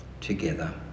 together